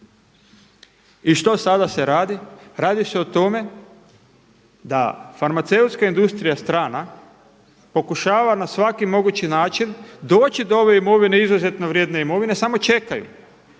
I što sada se radi? Radi se o tome da farmaceutska industrija strana pokušava na svaki mogući način doći do ove imovine izuzetno vrijedne imovine, samo čekaju